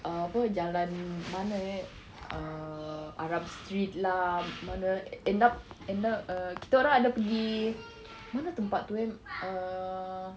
ah apa jalan mana eh err arab street lah mana end up end up err kita orang ada pergi mana tempat tu eh err